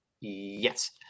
yes